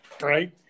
Right